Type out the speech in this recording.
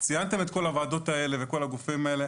ציינתם את כל הוועדות האלה וכל הגופים האלה.